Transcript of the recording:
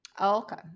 okay